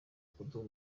kuduha